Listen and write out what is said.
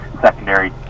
secondary